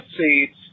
seeds